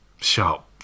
Sharp